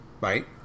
Right